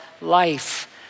life